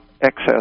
excess